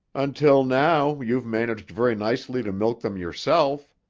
until now you've managed very nicely to milk them yourself.